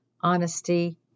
honesty